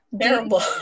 terrible